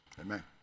Amen